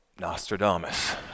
Nostradamus